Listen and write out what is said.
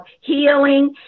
healing